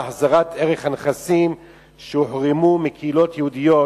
בהחזרת ערך הנכסים שהוחרמו מקהילות יהודיות,